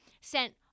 sent